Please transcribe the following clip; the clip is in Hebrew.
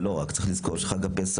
ולא רק כי צריך לזכור שחג הפסח,